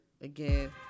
Again